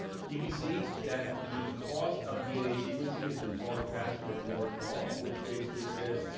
you can see that the cost of dna sequencing has been falling faster than moore's law, which basically says,